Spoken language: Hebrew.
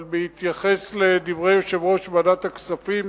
אבל בהתייחס לדברי יושב-ראש ועדת הכספים